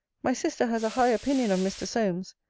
my sister has a high opinion of mr. solmes.